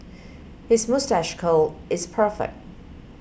his moustache curl is perfect